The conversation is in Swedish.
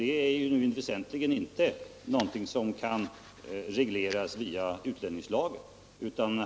Det är nu väsentligen inte någonting som kan regleras via utlänningslagen.